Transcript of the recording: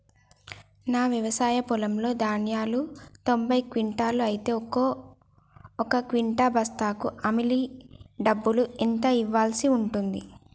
నా వ్యవసాయ పొలంలో ధాన్యాలు తొంభై క్వింటాలు అయితే ఒక క్వింటా బస్తాకు హమాలీ డబ్బులు ఎంత ఇయ్యాల్సి ఉంటది?